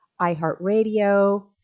iHeartRadio